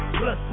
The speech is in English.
plus